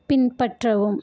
பின்பற்றவும்